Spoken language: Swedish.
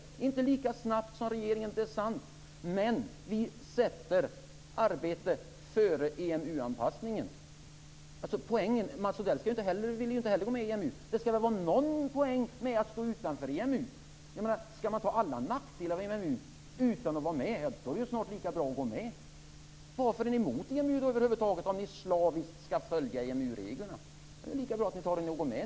Det är sant att vi inte amorterar lika snabbt som regeringen, men vad vi gör är att sätta arbete före EMU anpassningen. Mats Odell vill ju inte heller gå med i EMU, och det skall väl vara någon poäng med att stå utanför. Om man skall ta alla nackdelar med EMU utan att vara med är det väl lika bra att gå med. Varför är ni över huvud taget emot EMU om ni slaviskt skall följa EMU-reglerna? Då är det väl lika bra att ni går med.